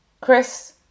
Chris